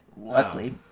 Luckily